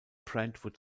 brentwood